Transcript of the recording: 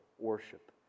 worship